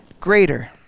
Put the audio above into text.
greater